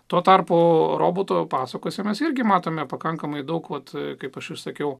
tuo tarpu roboto pasakose mes irgi matome pakankamai daug vat kaip aš įsakiau